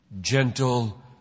gentle